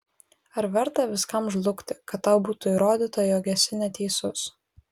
ar verta viskam žlugti kad tau būtų įrodyta jog esi neteisus